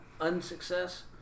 unsuccess